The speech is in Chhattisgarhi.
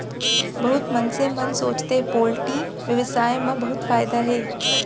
बहुत मनसे मन सोचथें पोल्टी बेवसाय म बहुत फायदा हे